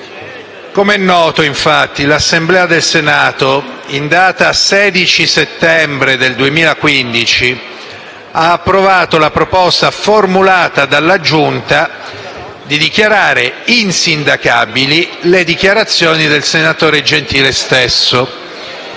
Com'è noto, infatti, l'Assemblea del Senato, in data 16 settembre 2015, ha approvato la proposta formulata dalla Giunta di dichiarare insindacabili le dichiarazioni del senatore Gentile stesso.